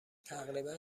تقریبا